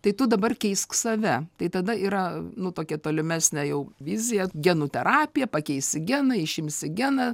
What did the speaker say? tai tu dabar keisk save tai tada yra nu tokia tolimesnė jau vizija genų terapija pakeisi geną išims geną